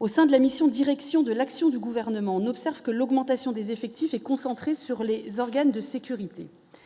Au sein de la mission Direction de l'action du gouvernement, on observe que l'augmentation des effectifs est concentrée sur les organes de sécurité,